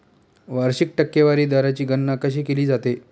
वार्षिक टक्केवारी दराची गणना कशी केली जाते?